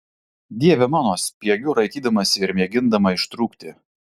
dieve mano spiegiu raitydamasi ir mėgindama ištrūkti